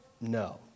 No